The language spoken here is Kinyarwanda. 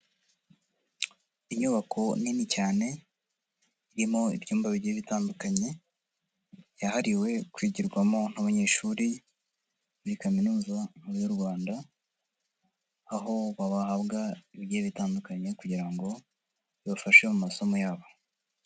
Inyubako nini cyane irimo ibyumba bigiye bitandukanye, yahariwe kwigirwamo n'abanyeshuri muri Kaminuza nkuru y'u Rwanda, aho bahabwa ibigiye bitandukanye kugira ngo bibafashe mu masomo yabo.